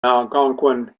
algonquin